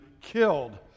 killed